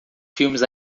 filmes